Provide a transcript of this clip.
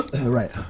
Right